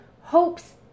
hopes